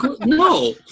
no